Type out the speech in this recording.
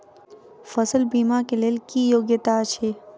फसल बीमा केँ लेल की योग्यता अछि?